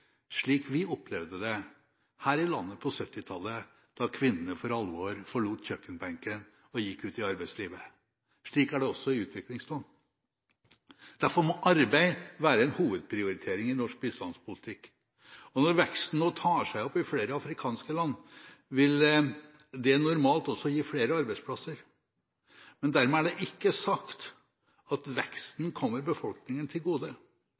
slik vi opplevde det her i landet på 1970-tallet, da kvinnene for alvor forlot kjøkkenbenken og gikk ut i arbeidslivet. Slik er det også i utviklingsland. Derfor må arbeid være en hovedprioritering i norsk bistandspolitikk. Når veksten nå tar seg opp i flere afrikanske land, vil det normalt også gi flere arbeidsplasser. Men det er ikke dermed sagt at veksten kommer befolkningen til gode.